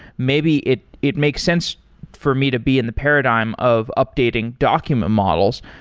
maybe it it makes sense for me to be in the paradigm of updating document models.